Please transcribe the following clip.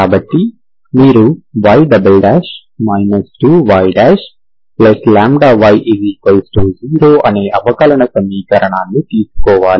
కాబట్టి మీరు y 2y y0 అనే అవకలన సమీకరణాన్ని తీసుకోవాలి